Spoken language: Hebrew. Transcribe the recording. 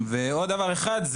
ועוד דבר אחד,